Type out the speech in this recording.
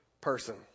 person